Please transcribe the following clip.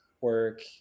work